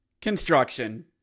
Construction